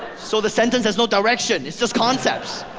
so the sentence has no direction. it's just concepts.